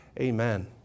Amen